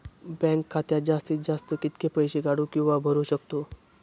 Bank खात्यात जास्तीत जास्त कितके पैसे काढू किव्हा भरू शकतो?